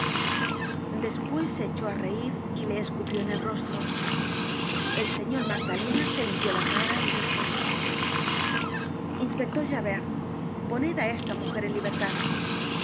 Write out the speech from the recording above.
despues se echó á reir y le escupió en el rostro el señor magdalena se limpió la cara y dijo inspector javert poned á esta mujer en libertad